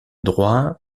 droit